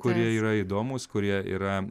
kurie yra įdomūs kurie yra